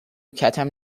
کتم